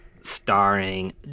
starring